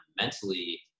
mentally –